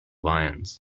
lions